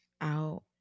out